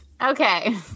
Okay